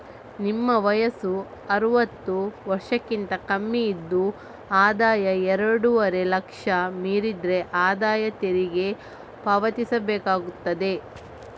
ನಿಮ್ಮ ವಯಸ್ಸು ಅರುವತ್ತು ವರ್ಷಕ್ಕಿಂತ ಕಮ್ಮಿ ಇದ್ದು ಆದಾಯ ಎರಡೂವರೆ ಲಕ್ಷ ಮೀರಿದ್ರೆ ಆದಾಯ ತೆರಿಗೆ ಪಾವತಿಸ್ಬೇಕಾಗ್ತದೆ